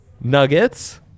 Nuggets